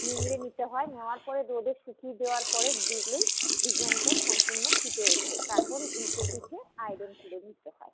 নিংড়ে নিতে হয় নেওয়ার পরে রোদে শুকিয়ে দেওয়ার পরে দিলেই ডিজাইনটা সম্পূর্ণ ফুটে ওঠে তারপর উল্টো পিঠে আয়রন করে নিতে হয়